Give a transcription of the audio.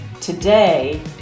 Today